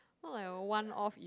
not like a one off